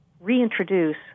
reintroduce